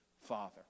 father